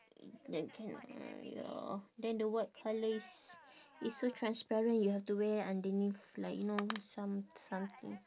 that can uh ya then the white colour is is so transparent you have to wear underneath like you know some something